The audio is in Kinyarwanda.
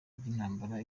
by’intambara